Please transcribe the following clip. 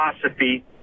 philosophy